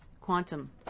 quantum